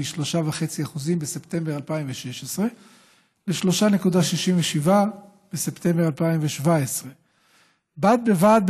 מ-3.5% בספטמבר 2016 ל-3.67% בספטמבר 2017. בד בבד,